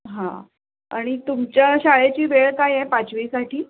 हां आणि तुमच्या शाळेची वेळ काय आहे पाचवीसाठी